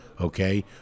okay